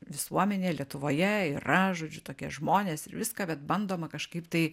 visuomenė lietuvoje yra žodžiu tokie žmonės ir viską vet bandoma kažkaip tai